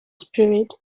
spirit